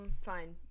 fine